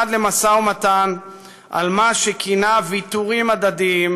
למשא ומתן על מה שכינה ויתורים הדדיים,